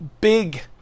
big